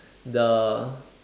the